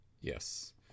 Yes